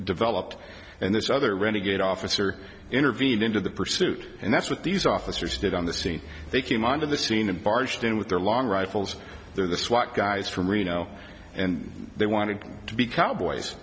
developed and this other renegade officer intervened into the pursuit and that's what these officers did on the scene they came onto the scene and barged in with their long rifles there the swat guys from reno and they wanted to be cowboys